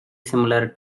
similar